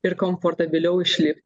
ir komfortabiliau išlipt